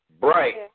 bright